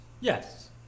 Yes